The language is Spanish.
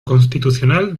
constitucional